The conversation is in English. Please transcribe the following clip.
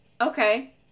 Okay